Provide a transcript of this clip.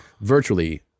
virtually